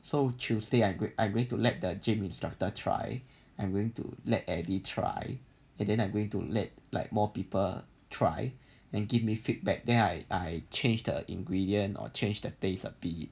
so tuesday I going I going to let the gym instructor try and willing to let eddie try it then I'm going to let like more people try and give me feedback there I I change the ingredient or change their tastes a bit